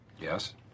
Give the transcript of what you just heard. yes